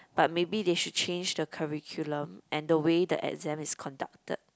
but maybe they should change the curriculum and the way the exams is conducted